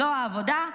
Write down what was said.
לא העבודה,